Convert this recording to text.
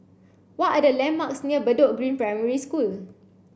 what are the landmarks near Bedok Green Primary School